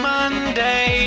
Monday